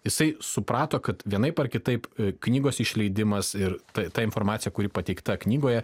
jisai suprato kad vienaip ar kitaip knygos išleidimas ir ta ta informacija kuri pateikta knygoje